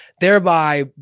thereby